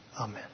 Amen